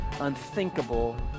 unthinkable